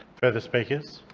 further speakers?